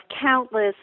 countless